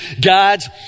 God's